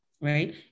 right